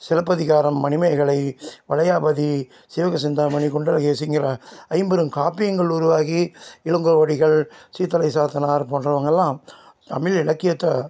சிலப்பதிகாரம் மணிமேகலை வளையாபதி சீவகசிந்தாமணி குண்டலகேசிங்கிற ஐம்பெருங்காப்பியங்கள் உருவாகி இளங்கோவடிகள் சீத்தலை சாத்தனார் போன்றவங்களெலாம் தமிழ் இலக்கியத்தை